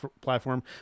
platform